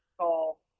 call